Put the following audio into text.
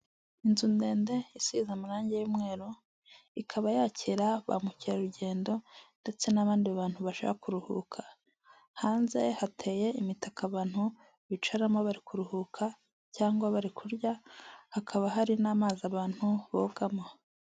Inzu ndende isize amarange y'umweru ikaba yakira ba mukerarugendo ndetse n'abandi bantu bashaka kuruhuka, hanze hateye imitaka abantu bicaramo bari kuruhuka cyangwa bari kurya, hakaba hari n'amazi abantu bogamo.